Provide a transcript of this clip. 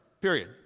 Period